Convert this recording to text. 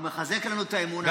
הוא מחזק לנו את האמונה.